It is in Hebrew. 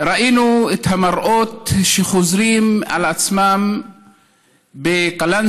ראינו את המראות שחוזרים על עצמם בקלנסווה,